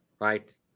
right